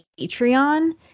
Patreon